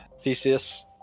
Theseus